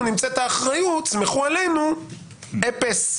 נמצאת האחריות סמכו עלינו - אפעס בעייתי.